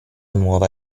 nuova